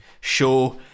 show